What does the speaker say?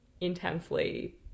intensely